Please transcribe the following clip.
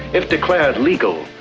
if declared legal,